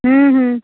ହୁଁ ହୁଁ